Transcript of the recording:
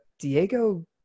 Diego